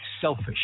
selfish